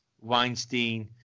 Weinstein